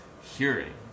hearing